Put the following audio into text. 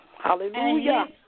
Hallelujah